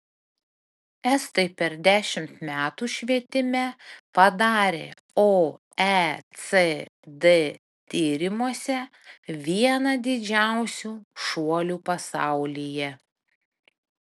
estai per dešimt metų švietime padarė oecd tyrimuose vieną didžiausių šuolių pasaulyje